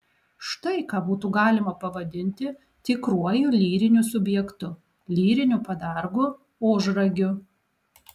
štai ką būtų galima pavadinti tikruoju lyriniu subjektu lyriniu padargu ožragiu